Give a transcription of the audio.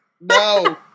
No